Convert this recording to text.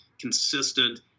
consistent